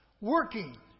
Working